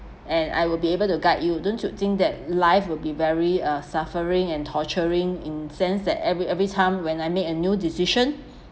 and I will be able to guide you don't you think that life will be very uh suffering and torturing in sense that every every time when I make a new decision